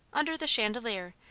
under the chandelier,